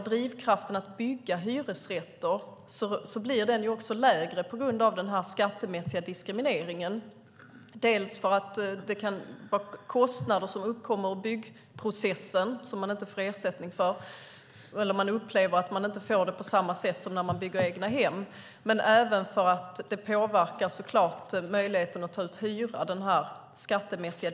Drivkraften att bygga hyresrätter blir lägre på grund av den skattemässiga diskrimineringen. Det kan vara kostnader som uppkommer i byggprocessen som man inte får ersättning för eller upplever att man inte får det på samma sätt som när det gäller egnahem. Den skattemässiga diskrimineringen påverkar såklart möjligheten att ta ut hyra.